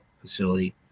Facility